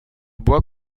bois